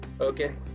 okay